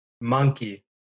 Monkey